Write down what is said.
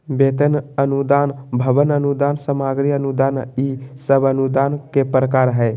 वेतन अनुदान, भवन अनुदान, सामग्री अनुदान ई सब अनुदान के प्रकार हय